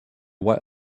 what